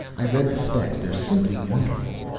i read the specs, they're simply wonderful.